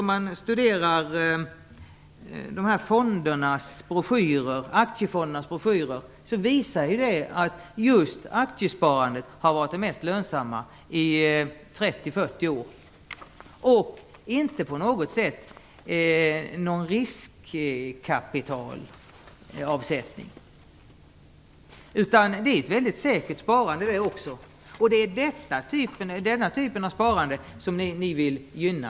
Om man studerar aktiefondernas broschyrer finner man att aktiesparandet har varit den mest lönsamma sparformen under 30-40 år och inte på något sätt har inneburit någon riskkapitalavsättning. Också det är ett mycket säkert sparande. Det är denna typ av sparande som ni vill gynna.